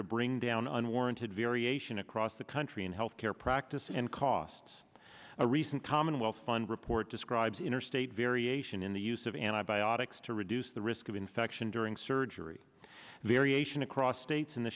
to bring down unwarranted variation across the country in health care practice and costs a recent commonwealth fund report describes interstate variation in the use of and biopics to reduce the risk of infection during surgery variation across states in